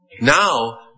Now